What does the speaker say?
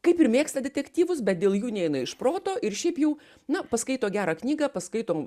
kaip ir mėgsta detektyvus bet dėl jų neina iš proto ir šiaip jau na paskaito gerą knygą paskaitom